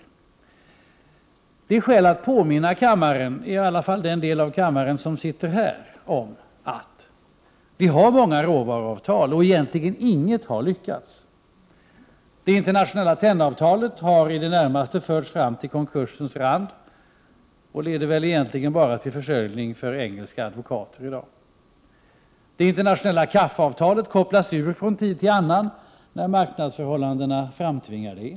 Det finns skäl att påminna kammaren — i varje fall den del av kammaren som sitter här — om att vi har många råvaruavtal och att egentligen inget. har lyckats. Det internationella tennavtalet har i det närmaste förts fram till konkursens rand och leder väl i dag egentligen bara till försörjning för engelska advokater. Det internationella kaffeavtalet kopplas ur från tid till annan, när marknadsförhållandena framtvingar det.